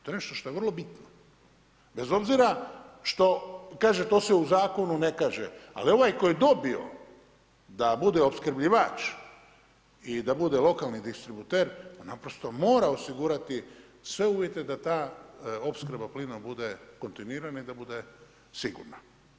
To je nešto što je vrlo bitno bez obzira što kaže to se u zakonu ne kaže, ali ovaj koji je dobio da bude opskrbljivač i da bude lokalni distributer, on naprosto mora osigurati sve uvjete da ta opskrba plinom bude kontinuirana i da bude sigurna.